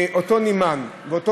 הספאם אוסר